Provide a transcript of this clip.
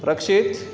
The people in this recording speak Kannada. ರಕ್ಷಿತ್